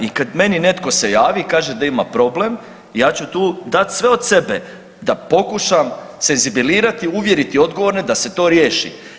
I kad meni netko se javi i kaže da ima problem ja ću tu dati sve da pokušam senzibilizirati, uvjeriti odgovorne da se to riješi.